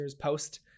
post